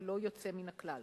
ללא יוצא מן הכלל.